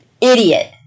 Idiot